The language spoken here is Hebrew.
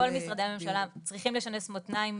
כל משרדי הממשלה צריכים לשנס מותניים,